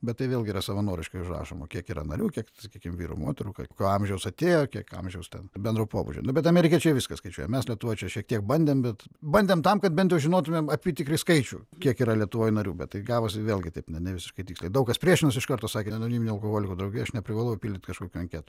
bet tai vėlgi yra savanoriškai užrašoma kiek yra narių kiek sakykim vyrų moterų kokio amžiaus atėjo kiek amžiaus ten bendro pobūdžio nu bet amerikiečiai viską skaičiuoja mes lietuvoj čia šiek tiek bandėm bet bandėm tam kad bent žinotumėm apytikrį skaičių kiek yra lietuvoje narių bet taip gavosi vėlgi taip ne ne visiškai tiksliai daug kas priešinosi iš karto sakė anoniminių alkoholikų draugija aš neprivalau pildyt kažkokių anketų